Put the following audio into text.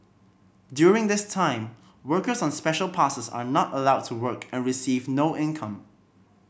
during this time workers on Special Passes are not allowed to work and receive no income